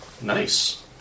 Nice